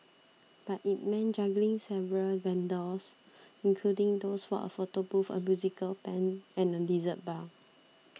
but it meant juggling several vendors including those for a photo booth a musical band and a dessert bar